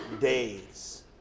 days